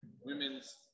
Women's